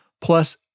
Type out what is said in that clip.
plus